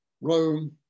Rome